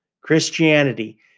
Christianity